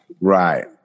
Right